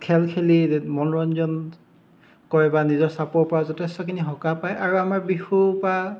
খেল খেলি মনোৰঞ্জন কৰে বা নিজৰ চাপৰ পৰা যথেষ্টখিনি সকাহ পায় আৰু আমাৰ বিহুৰ পৰা